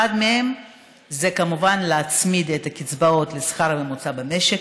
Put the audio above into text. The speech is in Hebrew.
אחד מהם זה כמובן להצמיד את הקצבאות לשכר הממוצע במשק,